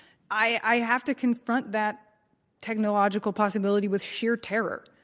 i have to confront that technological possibility with sheer terror.